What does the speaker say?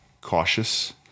cautious